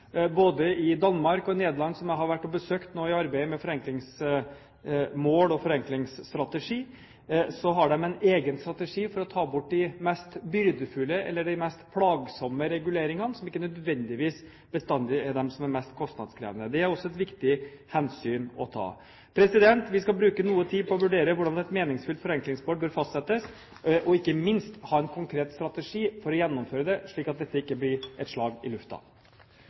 Både i Danmark og Nederland, som jeg har besøkt i arbeidet med forenklingsmål og forenklingsstrategier, har de en egen strategi for å ta bort de mest byrdefulle eller de mest plagsomme reguleringene, som ikke nødvendigvis bestandig er de som er mest kostnadskrevende. Det er også et viktig hensyn å ta. Vi skal bruke noe tid på å vurdere hvordan et meningsfylt forenklingsmål bør fastsettes, og ikke minst ha en konkret strategi for å gjennomføre det, slik at dette ikke blir et slag i